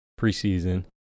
preseason